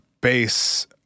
base